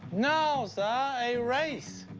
no, si. a race.